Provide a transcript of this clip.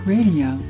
Radio